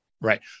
Right